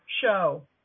show